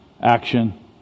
action